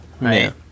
right